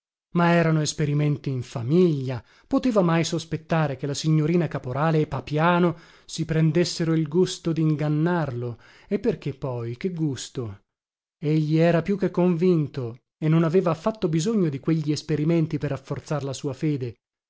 ma erano esperimenti in famiglia poteva mai sospettare che la signorina caporale e papiano si prendessero il gusto dingannarlo e perché poi che gusto egli era più che convinto e non aveva affatto bisogno di quegli esperimenti per rafforzar la sua fede